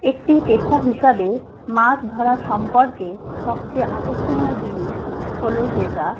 একটি পেশা হিসাবে মাছ ধরা সম্পর্কে সবচেয়ে আকর্ষণীয় জিনিস হলো যেটা